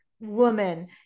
woman